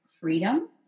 freedom